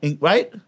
Right